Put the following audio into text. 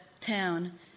town